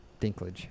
Dinklage